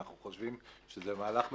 אנחנו חושבים שזה מהלך מצוין,